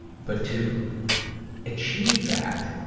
but to achieve that,